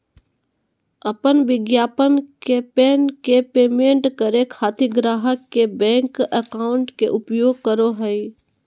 अपन विज्ञापन कैंपेन के पेमेंट करे खातिर ग्राहक के बैंक अकाउंट के उपयोग करो हइ